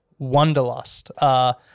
Wonderlust